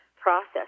process